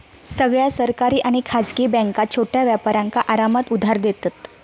सगळ्या सरकारी आणि खासगी बॅन्का छोट्या व्यापारांका आरामात उधार देतत